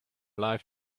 life